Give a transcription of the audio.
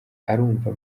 arumva